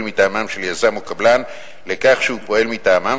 מטעמם של יזם או קבלן לכך שהוא פועל מטעמם,